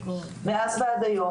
מאז ועד היום,